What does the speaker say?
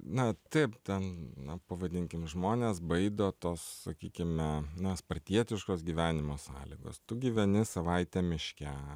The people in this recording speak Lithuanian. na taip ten na pavadinkim žmonės baido tos sakykime na spartietiškos gyvenimo sąlygos tu gyveni savaitę miške